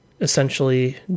essentially